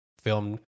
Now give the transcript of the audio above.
film